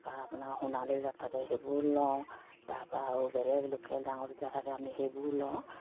তাপা আপোনাৰ সোণালী যাত থাকে সেইবোৰ লওঁ তাৰপা আৰু বেলেগ লোকেল ডাঙৰ জাতিয় থাকে আমি সেইবোৰ লওঁ